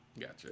Gotcha